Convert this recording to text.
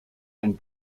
and